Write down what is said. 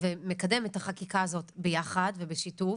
ומקדם את החקיקה הזאת ביחד ובשיתוף,